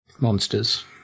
monsters